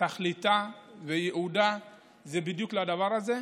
תכליתה וייעודה זה בדיוק הדבר הזה.